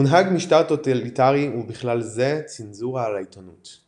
הונהג משטר טוטליטרי ובכלל זה צנזורה על העיתונות.